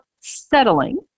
settling